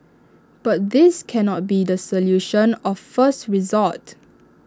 but this can not be the solution of first resort